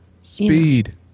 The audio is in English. speed